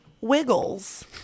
wiggles